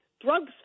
drugs